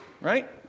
right